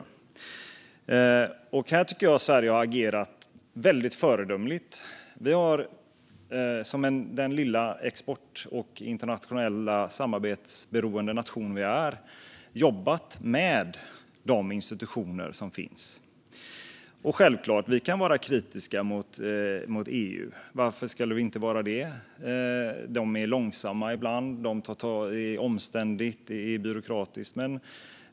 Här tycker jag att Sverige har agerat föredömligt. Vi har som den lilla, exportberoende och internationellt samarbetsberoende nation vi är jobbat med de institutioner som finns. Vi kan självklart vara kritiska mot EU. Varför skulle vi inte vara det? De är långsamma ibland. Det är omständligt och byråkratiskt.